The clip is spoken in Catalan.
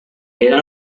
era